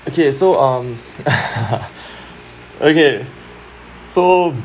okay so um okay so